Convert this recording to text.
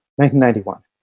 1991